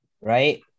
right